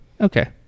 Okay